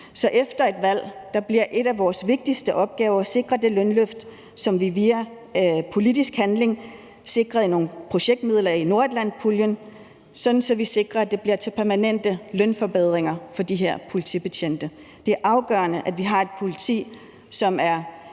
Så efter et valg bliver en af vores vigtigste opgaver at sikre det lønløft, som vi via politisk handling sikrede med nogle projektmidler i nordatlantpuljen, sådan at vi sikrer, at det bliver til permanente lønforbedringer for de her politibetjente. Det er afgørende, at vi har et politi, som er